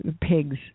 pigs